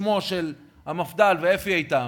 בשמו המפד"ל, ואפי איתם,